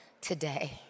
today